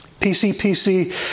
PCPC